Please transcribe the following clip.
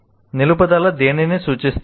నిలుపుదల దేనిని సూచిస్తుంది